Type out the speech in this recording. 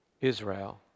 Israel